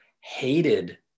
hated